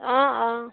অঁ অঁ